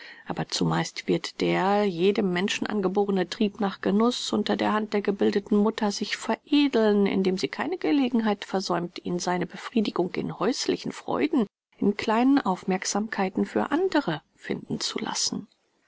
aber zumeist wird der jedem menschen angeborene trieb nach genuß unter der hand der gebildeten mutter sich veredeln indem sie keine gelegenheit versäumt ihn seine befriedigung in häuslichen freuden in kleinen aufmerksamkeiten für andere finden zu lassen